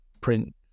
print